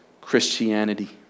Christianity